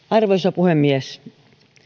arvoisa puhemies